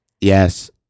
yes